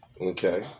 Okay